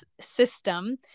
system